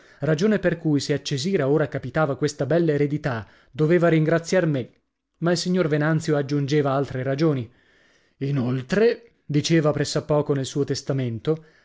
ragione per cui se a cesira ora capitava questa bella eredità doveva ringraziar me ma il signor venanzio aggiungeva altre ragioni inoltre diceva press'a poco nel suo testamento